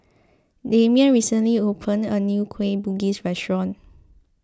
Demian recently opened a new Kueh Bugis restaurant